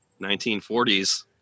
1940s